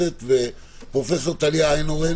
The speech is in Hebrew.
פרופ' טליה איינהורן.